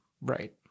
Right